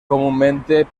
comúnmente